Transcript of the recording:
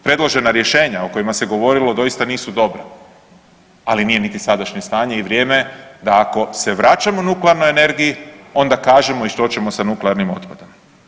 Predložena rješenja o kojima se govorilo doista nisu dobra, ali nije niti sadašnje stanje i vrijeme je da ako se vraćamo nuklearnoj energiji onda kažemo i što ćemo sa nuklearnim otpadom.